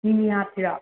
ꯃꯤꯃꯤ ꯍꯥꯞꯁꯤꯔꯣ